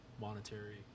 monetary